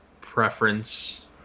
preference